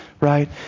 right